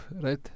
right